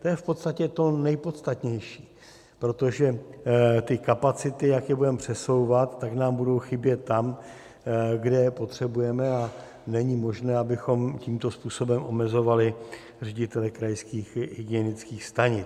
To je v podstatě to nejpodstatnější, protože ty kapacity, jak je budeme přesouvat, tak nám budou chybět tam, kde je potřebujeme, a není možné, abychom tímto způsobem omezovali ředitele krajských hygienických stanic.